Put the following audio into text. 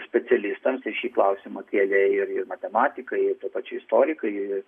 specialistams ir šį klausimą kėlė ir matematikai ir tuo pačiu istorikai ir